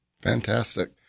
Fantastic